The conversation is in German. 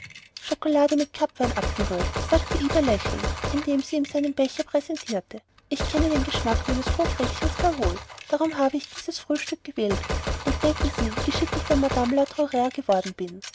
schokolade mit kapwein abgerührt sagte ida lächelnd indem sie ihm einen becher präsentierte ich kenne den geschmack meines hofrätchens gar wohl darum habe ich dieses frühstück gewählt und denken sie wie geschickt ich bei madame la truiaire geworden bin